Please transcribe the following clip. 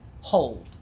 Hold